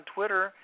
Twitter